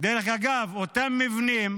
דרך אגב, אותם מבנים